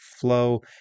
flow